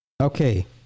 Okay